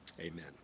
Amen